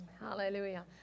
hallelujah